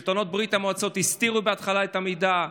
שלטונות ברית המועצות הסתירו את המידע בהתחלה.